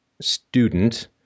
student